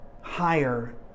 higher